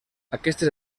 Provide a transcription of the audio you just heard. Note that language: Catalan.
aquestes